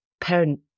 parent